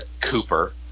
Cooper